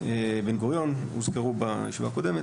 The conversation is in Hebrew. בן גוריון, הוזכרו בישיבה הקודמת.